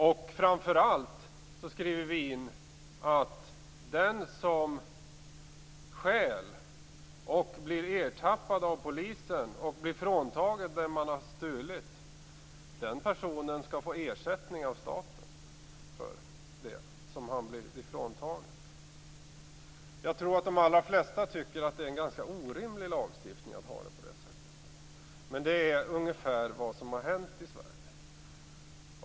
Och framför allt skriver vi in att den som stjäl och blir ertappad av polisen och blir fråntagen det som han eller hon har stulit skall få ersättning av staten för det som han har blivit ifråntagen. Jag tror att de allra flesta tycker att det är en ganska orimlig lagstiftning. Men det är ungefär vad som har hänt i Sverige.